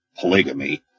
polygamy